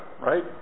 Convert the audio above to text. right